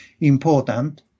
important